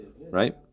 Right